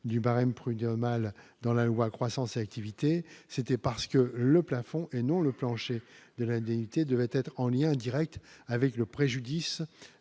du barème prud'homal dans la loi, croissance et activité, c'était parce que le plafond et non le plancher de l'indemnité devait être en lien Direct avec le préjudice